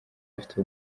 afite